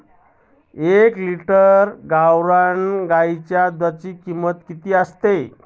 एक लिटर गावरान गाईच्या दुधाची किंमत किती असते?